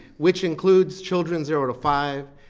which includes children zero to five,